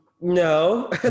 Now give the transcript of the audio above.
No